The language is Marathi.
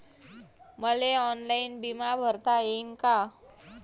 मले ऑनलाईन बिमा भरता येईन का?